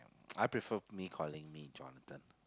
I prefer me calling me Jonathan